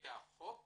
פי החוק